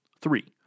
Three